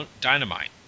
Dynamite*